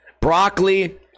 Broccoli